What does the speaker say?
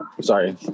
Sorry